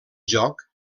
joc